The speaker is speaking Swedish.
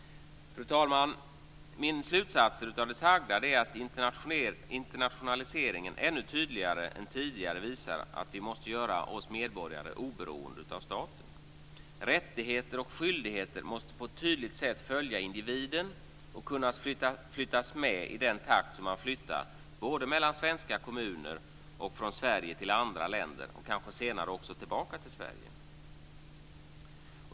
Fru talman! Min slutsats av det sagda är att internationaliseringen ännu tydligare än tidigare visar att vi medborgare måste göra oss oberoende av staten. Rättigheter och skyldigheter måste på ett tydligt sätt följa individen och kunna flyttas med i den takt som man flyttar både mellan svenska kommuner och från Sverige till andra länder, och kanske senare också tillbaka till Sverige.